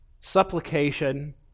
supplication